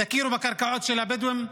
תכירו בקרקעות של הבדואים,